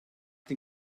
den